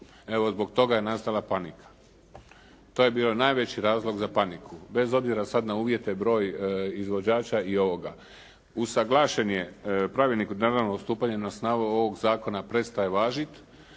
evo zbog toga je nastala panika. To je bio najveći razlog za paniku, bez obzira sada na uvjete, broj izvođača i ovoga. Usuglašen je, pravilnik o …/Govornik se ne razumije./… od stupanja na snagu ovoga zakona prestaje važiti.